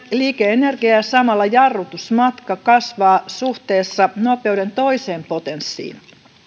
liike energia ja samalla jarrutusmatka kasvaa suhteessa nopeuden toiseen potenssiin